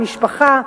המשפחה,